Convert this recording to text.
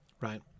right